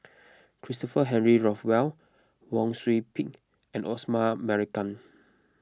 Christopher Henry Rothwell Wang Sui Pick and Osman Merican